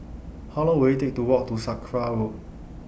How Long Will IT Take to Walk to Sakra Road